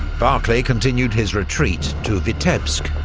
barclay continued his retreat to vitebsk,